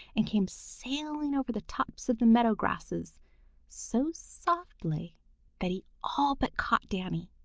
and came sailing over the tops of the meadow grasses so softly that he all but caught danny.